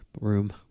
room